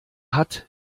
hat